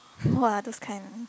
!wah! those kind